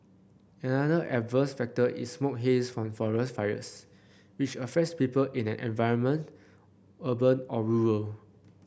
another adverse factor is smoke haze from forest fires which affects people in any environment urban or rural